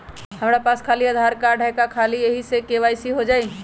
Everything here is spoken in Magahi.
हमरा पास खाली आधार कार्ड है, का ख़ाली यही से के.वाई.सी हो जाइ?